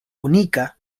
unika